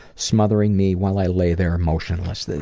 smothering me while i lay there motionless.